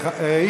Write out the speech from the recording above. מי אמר עליה מה?